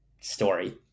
story